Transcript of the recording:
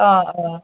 অ অ